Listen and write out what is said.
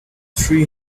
three